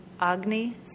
Agni